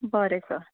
बरें सर